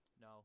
No